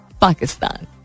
Pakistan